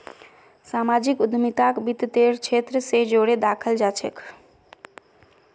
सामाजिक उद्यमिताक वित तेर क्षेत्र स जोरे दखाल जा छेक